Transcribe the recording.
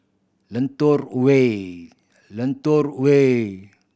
Lentor Way Lentor Way